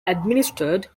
administered